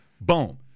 Boom